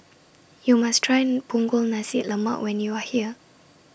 YOU must Try Punggol Nasi Lemak when YOU Are here